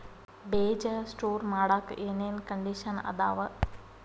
ಬೇಜ ಸ್ಟೋರ್ ಮಾಡಾಕ್ ಏನೇನ್ ಕಂಡಿಷನ್ ಅದಾವ?